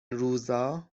روزا